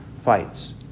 fights